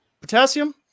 Potassium